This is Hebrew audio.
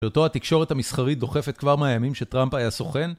ואותו התקשורת המסחרית דוחפת כבר מהימים שטראמפ היה סוכן